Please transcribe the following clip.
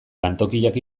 lantokiak